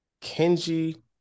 Kenji